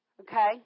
Okay